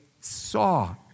saw